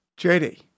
JD